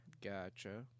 Gotcha